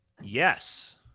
yes